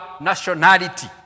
nationality